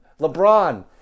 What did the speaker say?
LeBron